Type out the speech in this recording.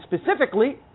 specifically